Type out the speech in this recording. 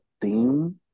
theme